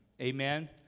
Amen